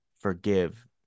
forgive